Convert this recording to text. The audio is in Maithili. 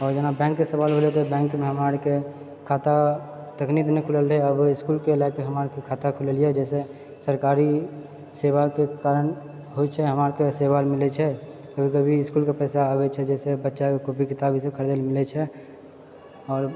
आओर जेना बैंकके सवाल भेले बैंकमे हमरा आरके खाता तखन दिनक पड़ल रहै इसकुलके लएके खाता खुलेलिऐ जहिसँ सरकारी सेवाके कारण होइत छै हमरा आरके सेवा मिलैत छेै कभी इसकुलके पैसा आबैछेै जैसे बच्चाकेँ कॉपी किताब इसब खरीदए लए मिलैत छै आओर